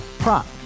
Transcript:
Prop